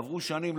עברו שנים,